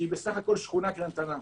שהיא בסך הכול שכונה קטנטנה.